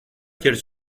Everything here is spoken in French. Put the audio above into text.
quels